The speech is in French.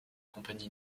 compagnie